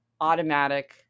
automatic